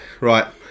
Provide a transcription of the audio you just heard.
right